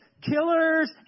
killers